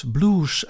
Blues